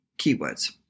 keywords